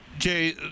Jay